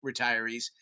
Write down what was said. retirees